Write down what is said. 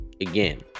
again